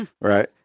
right